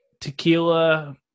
tequila